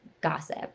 Gossip